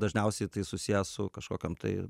dažniausiai tai susiję su kažkokiom tai